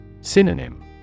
Synonym